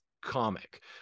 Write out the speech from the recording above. comic